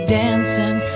dancing